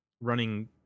running